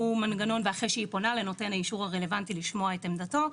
ואחרי שהיא פונה לנותן האישור הרלוונטי לשמוע את עמדתו,